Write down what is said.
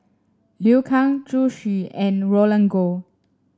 Liu Kang Zhu Xu and Roland Goh